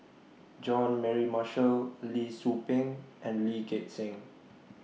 Jean Mary Marshall Lee Tzu Pheng and Lee Gek Seng